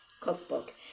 cookbook